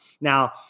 Now